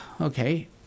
okay